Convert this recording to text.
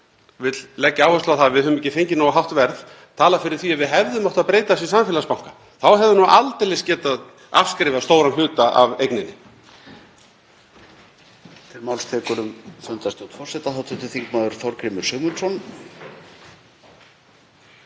vill leggja áherslu á að við höfum ekki fengið nógu hátt verð talar fyrir því að við hefðum átt að breyta þessu í samfélagsbanka. Þá hefðum við nú aldeilis getað afskrifað stóran hluta af eigninni.